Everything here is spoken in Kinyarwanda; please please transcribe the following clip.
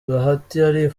arifuza